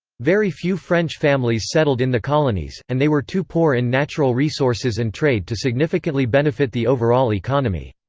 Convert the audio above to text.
very few french families settled in the colonies, and they were too poor in natural resources and trade to significantly benefit the overall economy.